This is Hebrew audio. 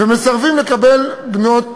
ומסרבים לקבל בנות